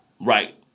Right